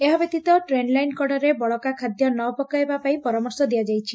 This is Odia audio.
ଏହାବ୍ୟତୀତ ଟ୍ରେନ୍ ଲାଇନ୍ କଡ଼ରେ ବଳକା ଖାଦ୍ୟ ନ ପକାଇବାପାଇଁ ପରାମର୍ଶ ଦିଆଯାଇଛି